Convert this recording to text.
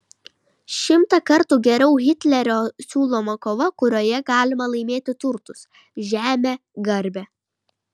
šimtą kartų geriau hitlerio siūloma kova kurioje galima laimėti turtus žemę garbę